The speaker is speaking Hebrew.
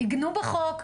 עיגנו בחוק,